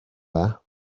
dda